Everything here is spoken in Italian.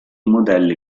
modelli